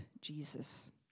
Jesus